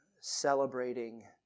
celebrating